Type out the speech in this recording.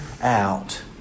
out